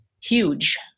huge